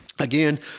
Again